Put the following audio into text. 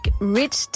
Rich